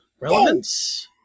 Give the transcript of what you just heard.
relevance